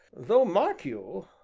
though mark you,